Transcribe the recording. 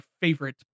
favorite